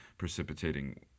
precipitating